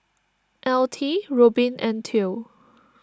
Altie Robyn and theo